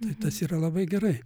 tai tas yra labai gerai